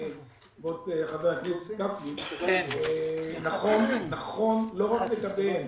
כבוד חבר הכנסת גפני, נכון לא רק לגביהם.